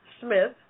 Smith